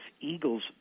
Eagles